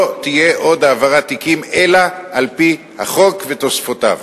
לא תהיה עוד העברת תיקים אלא על-פי החוק ותוספותיו.